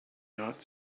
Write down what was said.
not